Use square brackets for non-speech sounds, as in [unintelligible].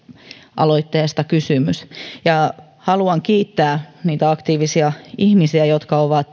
aloitteesta kysymys haluan kiittää niitä aktiivisia ihmisiä jotka ovat [unintelligible]